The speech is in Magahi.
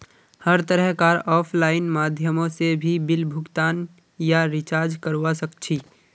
हर तरह कार आफलाइन माध्यमों से भी बिल भुगतान या रीचार्ज करवा सक्छी